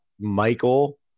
Michael